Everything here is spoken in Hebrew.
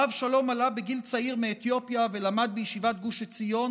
הרב שלום עלה בגיל צעיר מאתיופיה ולמד בישיבת גוש עציון,